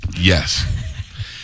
Yes